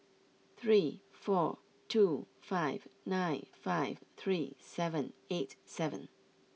three four two five nine five three seven eight seven